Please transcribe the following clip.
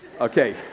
Okay